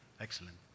excellent